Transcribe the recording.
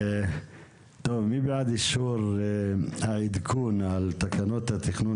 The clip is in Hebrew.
מי בעד אישור העדכון על תקנות התכנון